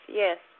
yes